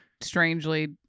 strangely